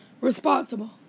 responsible